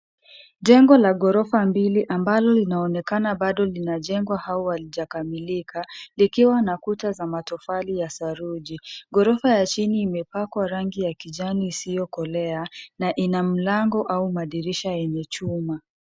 Jengo la gorofa mbili ambalo linaonekana bado linajengwa au halijakamilika, likiwa na kuta za matofali ya saruji. Gorofa ya chini imepakwa rangi ya kijani isiyo kolea na ina mlango au madirisha yenye chuma.